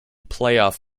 playoff